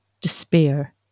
despair